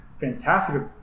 Fantastic